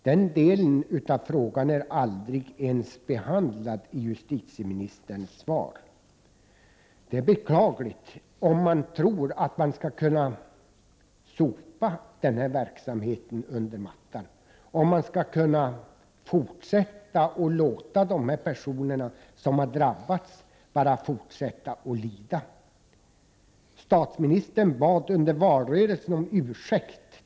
Denna del av frågan behandlas över huvud taget inte i justitieministerns svar. Det är beklagligt om man tror att man skall kunna fortsätta att sopa denna verksamhet under mattan och att låta de personer som har drabbats fortsätta att lida. Statsministern bad under valrörelsen om ursäkt.